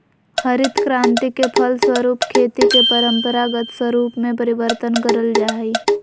हरित क्रान्ति के फलस्वरूप खेती के परम्परागत स्वरूप में परिवर्तन करल जा हइ